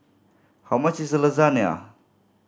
how much is Lasagnia